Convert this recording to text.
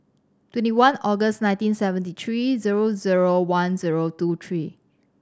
twenty one August nineteen seventy three zero zero one zero two three